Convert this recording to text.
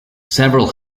several